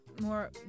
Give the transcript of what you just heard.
more